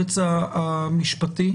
היועץ המשפטי.